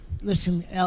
listen